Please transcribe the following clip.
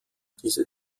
diese